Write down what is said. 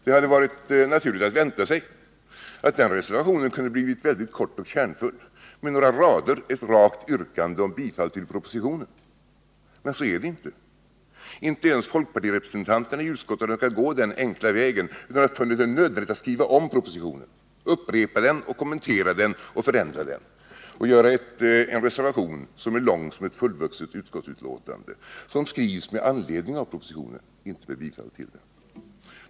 Det hade varit naturligt att vänta sig att den kunde ha blivit kort och kärnfull, några rader med ett rakt yrkande om bifall till propositionen. Men så är det inte. Inte ens folkpartirepresentanterna i utskottet har kunnat gå den enkla vägen utan har funnit det nödvändigt att skriva om propositionen — upprepa den, kommentera den och förändra den och göra en reservation som är lång som ett fullvuxet utskottsutlåtande och som skrivs med anledning av propositionen, inte med bifall till den.